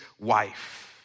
wife